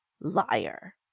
Liar